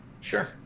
Sure